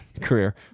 career